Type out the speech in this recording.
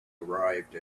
arrived